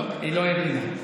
היא לא הבינה.